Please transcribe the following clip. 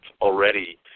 already